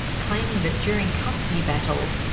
claiming that during custody battles,